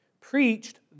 preached